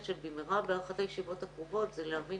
--- באחת הישיבות הקרובות זה להבין